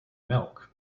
milk